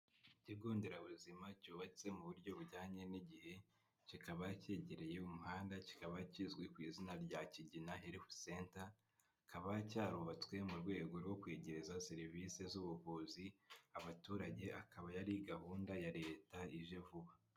Ikigo nderabuzima cyubatse mu buryo bujyanye n'igihe, kikaba cyegereye umuhanda, kikaba kizwi ku izina rya Kigina Health Center, kikaba cyarubatswe mu rwego rwo kwegereza serivisi z'ubuvuzi abaturage, akaba yari gahunda ya Leta ije vuba.